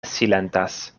silentas